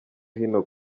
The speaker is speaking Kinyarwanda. hino